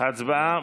הצבעה,